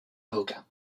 avocat